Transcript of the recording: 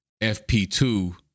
FP2